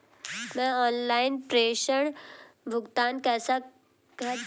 मैं ऑनलाइन प्रेषण भुगतान कैसे करूँ?